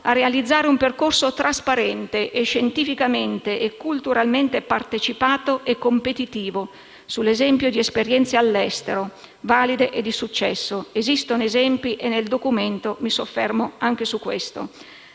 realizzare un percorso trasparente e scientificamente e culturalmente partecipato e competitivo sull'esempio di esperienze all'estero, valide e di successo. Esistono esempi, su cui mi soffermo nel documento